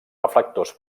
reflectors